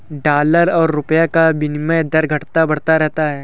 dollar और रूपए का विनियम दर घटता बढ़ता रहता है